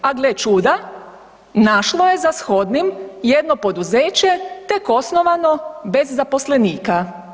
A gle čuda, našlo je za shodnim jedno poduzeće tek osnovano bez zaposlenika.